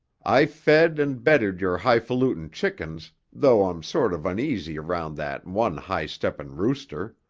i fed and bedded your hifalutin' chickens though i'm sort of uneasy around that one high-steppin' rooster.